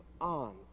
on